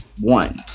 One